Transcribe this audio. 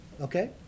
okay